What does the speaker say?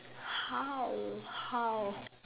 how how